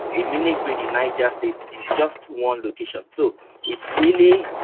a mini-grid in niger state is just one location. so it's really